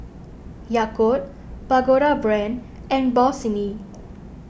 Yakult Pagoda Brand and Bossini